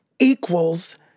equals